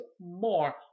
more